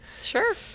Sure